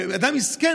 ואדם מסכן,